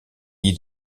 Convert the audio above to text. pays